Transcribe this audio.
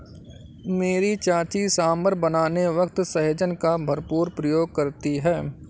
मेरी चाची सांभर बनाने वक्त सहजन का भरपूर प्रयोग करती है